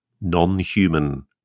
non-human